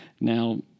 Now